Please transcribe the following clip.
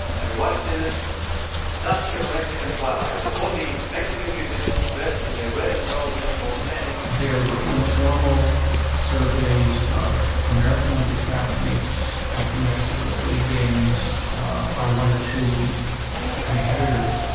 and we watched in this dusk of a mexican twilight, the forty mexican musicians, dressed in their red and gold uniforms, standing. there were informal surveys of american olympic athletes at the mexico city games by one or two competitors,